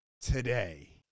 today